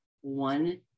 one